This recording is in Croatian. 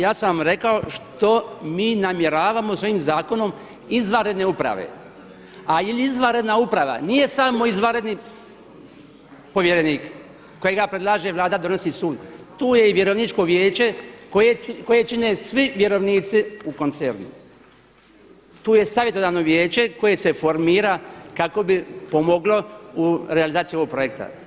Ja sam rekao što mi namjeravamo s ovim zakonom izvanredne uprave, ali izvanredna uprava nije samo izvanredni povjerenik kojega predlaže Vlada, donosi sud, tu je i Vjerovničko vijeće koje čine svi vjerovnici u koncernu, tu je savjetodavno vijeće koje se formira kako bi pomoglo u realizaciji ovo projekta.